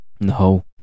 No